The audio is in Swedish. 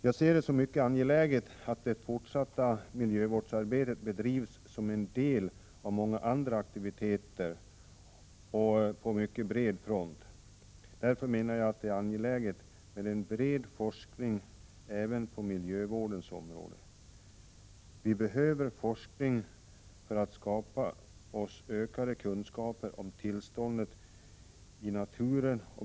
Jag ser det som mycket angeläget att det fortsatta miljövårdsarbetet bedrivs inom ramen för många andra aktiviteter och på mycket bred front. Jag menar att det därför är angeläget med en bred forskning även på miljövårdens område. Vi behöver forskningen för att få ökade kunskaper om tillståndet i naturen.